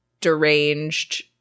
deranged